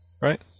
right